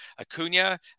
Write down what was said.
Acuna